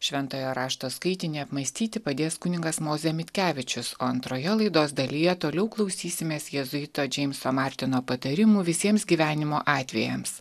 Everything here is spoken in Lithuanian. šventojo rašto skaitinį apmąstyti padės kunigas mozė mitkevičius o antroje laidos dalyje toliau klausysimės jėzuito džeimso martino patarimų visiems gyvenimo atvejams